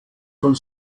von